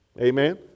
Amen